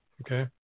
Okay